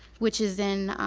which is in